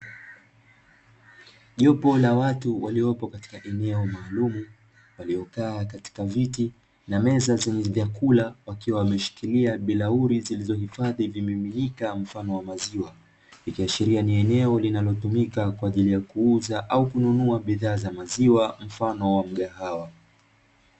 Jopo la watu waliopo katika eneo maalumu waliokaa katika viti na meza zenye vyakula, wakiwa wameshikilia bilauri zilizohifadhi vimiminika mfano wa maziwa, ikiashiria ni eneo linalotumika kwa ajili ya kuuza au kununua bidhaa za maziwa mfano wa mgahawa.